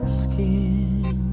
skin